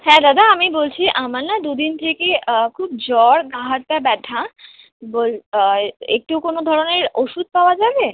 হ্যাঁ দাদা আমি বলছি আমার না দু দিন থেকে খুব জ্বর গা হাত পা ব্যথা বোল একটু কোনো ধরনের ওষুধ পাওয়া যাবে